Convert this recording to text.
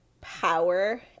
power